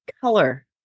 color